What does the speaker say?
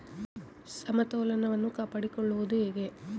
ಸಮತೋಲನವನ್ನು ಕಾಪಾಡಿಕೊಳ್ಳುವುದು ಹೇಗೆ?